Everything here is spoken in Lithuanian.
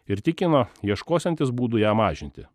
ir tikino ieškosiantis būdų ją mažinti